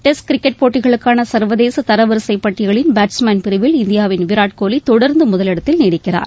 test cricket போட்டிகளுக்கான சர்வதேச தரவரிசைப்பட்டியலின் batsman பிரிவில் இந்தியாவின் விராட்கோலி தொடர்ந்து முதலிடத்தில் நீடிக்கிறார்